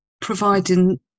providing